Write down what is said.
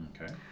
Okay